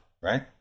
right